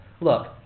look